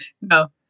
no